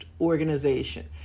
organization